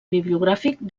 bibliogràfic